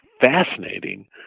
fascinating